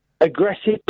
aggressive